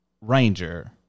Ranger